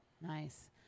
Nice